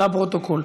לפרוטוקול.